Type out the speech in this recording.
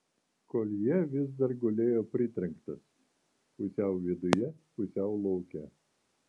koljė vis dar gulėjo pritrenktas pusiau viduje pusiau lauke